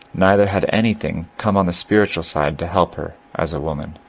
neither had anything come on the spiritual side to help her as a woman.